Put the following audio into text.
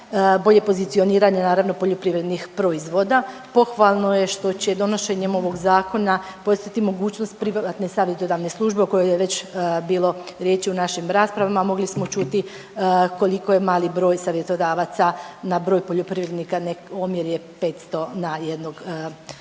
bolje pozicioniranje naravno poljoprivrednih proizvoda. Pohvalno je što će donošenjem ovog zakona postojati mogućnost privatne savjetodavne službe o kojoj je već bilo riječi u našim rasprava, mogli smo čuti koliko je mali broj savjetodavaca na broj poljoprivrednika omjer je 500 na jednog